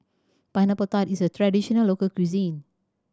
Pineapple Tart is a traditional local cuisine